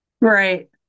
Right